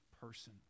person